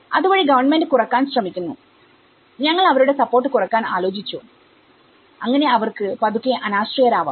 അതുവഴി ഗവണ്മെന്റ് കുറക്കാൻ ശ്രമിക്കുന്നുഞങ്ങൾ അവരുടെ സപ്പോർട്ട് കുറക്കാൻ ആലോചിച്ചു അങ്ങനെ അവർക്ക് പതുക്കെ അനാശ്രയരാവാം